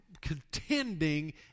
contending